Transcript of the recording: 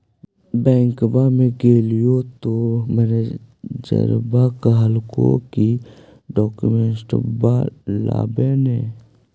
बैंकवा मे गेलिओ तौ मैनेजरवा कहलको कि डोकमेनटवा लाव ने?